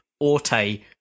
Orte